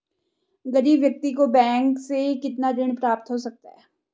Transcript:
गरीब व्यक्ति को बैंक से कितना ऋण प्राप्त हो सकता है?